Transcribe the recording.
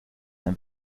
ein